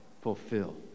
fulfill